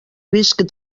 risc